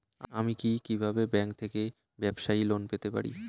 আমি কি কিভাবে ব্যাংক থেকে ব্যবসায়ী লোন পেতে পারি?